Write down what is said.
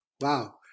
Wow